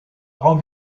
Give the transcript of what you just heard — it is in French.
rend